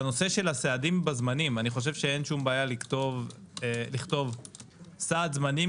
לנושא הסעדים בזמנים אני חושב שאין שום בעיה לכתוב סעד זמנים